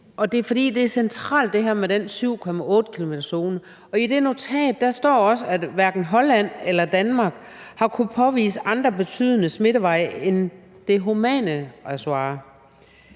er centralt, og i det notat står der også, at hverken Holland eller Danmark har kunnet påvise andre betydende smitteveje end det humane reservoir.